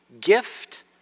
Gift